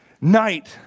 Night